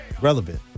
relevant